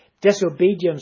disobedience